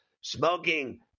Smoking